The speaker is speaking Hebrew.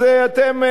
אז אתם,